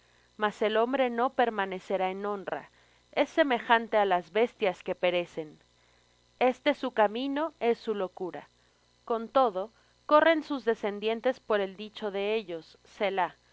mas el hombre no permanecerá en honra es semejante á las bestias que perecen este su camino es su locura con todo corren sus descendientes por el dicho de ellos